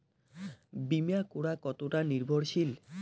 বীমা করা কতোটা নির্ভরশীল?